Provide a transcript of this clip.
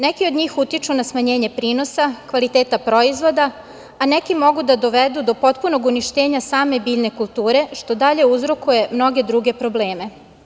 Neki od njih utiču na smanjenje prinosa, kvaliteta proizvoda, a neki mogu da dovedu do potpunog uništenja same biljne kulture što dalje uzrokuje mnoge druge probleme.